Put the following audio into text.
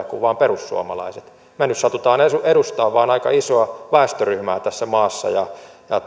kuin vain perussuomalaiset me nyt satumme vain edustamaan aika isoa väestöryhmää tässä maassa ja